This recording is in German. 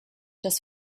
dass